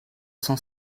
cent